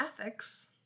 ethics